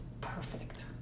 perfect